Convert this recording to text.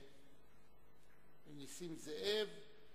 נסים זאב,